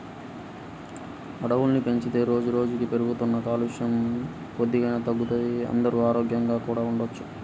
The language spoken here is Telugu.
అడవుల్ని పెంచితే రోజుకి రోజుకీ పెరుగుతున్న కాలుష్యం కొద్దిగైనా తగ్గుతది, అందరూ ఆరోగ్యంగా కూడా ఉండొచ్చు